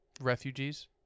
refugees